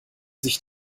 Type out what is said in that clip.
sich